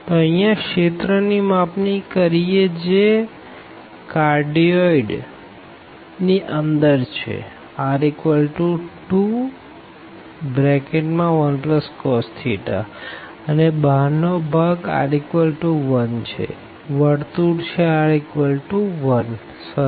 તો અહિયાં રિજિયન ની માપણી કરીએ જે કાર્ડિયોઇડ ની અંદર છે r21cos θ અને બહાર નો ભાગ r1 છેસર્કલ છે r1